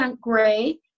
gray